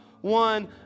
one